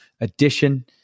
Edition